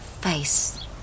Face